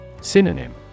Synonym